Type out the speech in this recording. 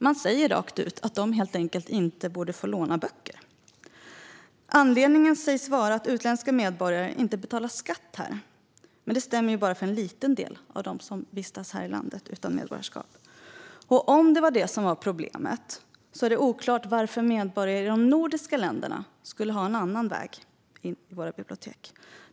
Man säger rakt ut att de helt enkelt inte borde få låna böcker. Anledningen sägs vara att utländska medborgare inte betalar skatt här, men detta stämmer ju bara för en liten del av dem som vistas här i landet utan medborgarskap. Och om det var detta som var problemet är det oklart varför medborgare i de nordiska länderna skulle ha en annan väg till våra bibliotek.